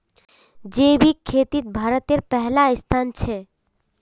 जैविक खेतित भारतेर पहला स्थान छे